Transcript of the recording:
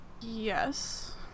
Yes